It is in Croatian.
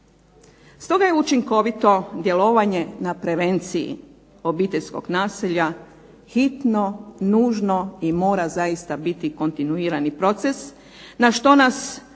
Stoga je učinkovito djelovanje na prevenciji obiteljskog nasilja hitno, nužno i mora zaista biti kontinuirani proces na što nas obvezuje